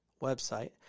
website